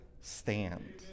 stand